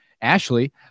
Ashley